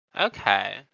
Okay